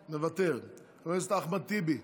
מוותר, חבר הכנסת אחמד טיבי,